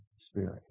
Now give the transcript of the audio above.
Spirit